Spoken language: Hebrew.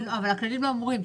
אבל הכללים לא אמורים.